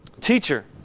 teacher